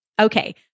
Okay